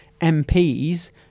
MPs